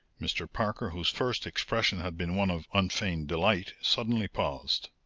mr. parker, whose first expression had been one of unfeigned delight, suddenly paused.